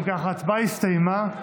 אם כך, ההצבעה הסתיימה.